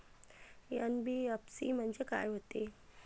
NBFC म्हणजे का होते?